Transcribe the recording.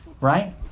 right